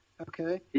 Okay